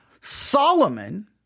Solomon